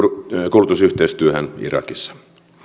koulutusyhteistyöhön irakissa